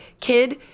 kid